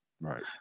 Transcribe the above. Right